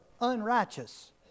unrighteous